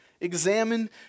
examine